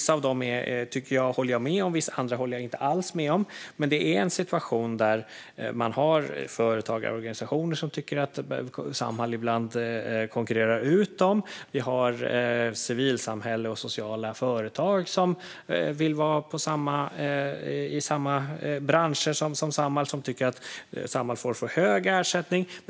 Somligt håller jag med om, annat håller jag inte alls med om. Men situationen är att det finns företagarorganisationer som tycker att Samhall ibland konkurrerar ut dem. Civilsamhället och sociala företag vill vara i samma branscher som Samhall och tycker att Samhall får för hög ersättning.